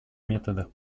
методах